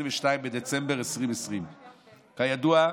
22 בדצמבר 2020. כידוע,